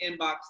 inbox